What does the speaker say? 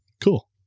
cool